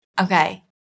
Okay